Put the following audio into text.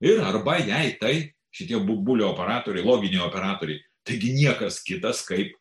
ir arba jei tai šitie bulio operatoriai loginiai operatoriai taigi niekas kitas kaip